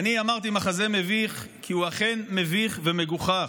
אמרתי "מחזה מביך" כי הוא אכן מביך ומגוחך,